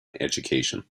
education